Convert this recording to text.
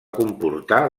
comportar